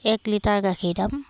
এক লিটাৰ গাখীৰ দাম